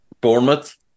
Bournemouth